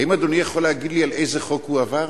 האם אדוני יכול להגיד לי על איזה חוק הוא עבר?